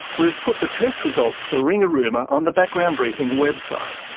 we've put the test results for ringarooma on the background briefing website.